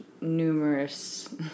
numerous